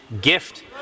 Gift